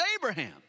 Abraham